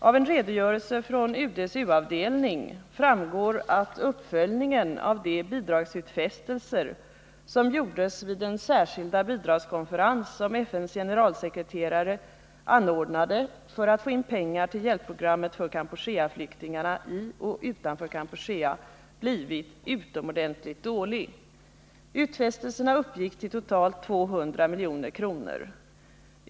Av en redogörelse från UD:s u-avdelning framgår att uppföljningen av de bidragsutfästelser som gjordes vid den särskilda bidragskonferens som FN:s generalsekreterare anordnade för att få in pengar till hjälpprogrammet för Kampucheaflyktingarna, i och utanför Kampuchea, blivit utomordentligt dålig. Utfästelserna uppgick till totalt 200 milj.kr.